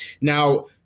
Now